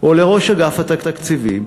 או לראש אגף התקציבים,